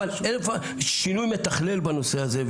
אבל שינוי מתכלל בנושא הזה,